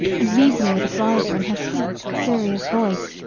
and reason with the driver in her sweet serious voice,